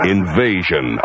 Invasion